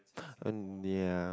ya